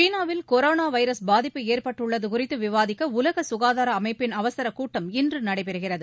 சீனாவில் corona virus பாதிப்பு ஏற்பட்டுள்ளது குறித்து விவாதிக்க உலக சுகாதார அமைப்பின் அவசர கூட்டம் இன்று நடைபெறுகிறது